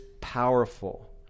powerful